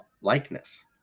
likeness